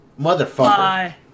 motherfucker